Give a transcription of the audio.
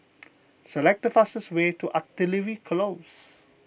select the fastest way to Artillery Close